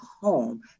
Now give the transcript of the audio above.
home